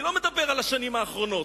אני לא מדבר על השנים האחרונות,